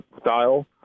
style